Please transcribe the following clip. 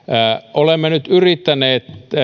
olemme nyt yrittäneet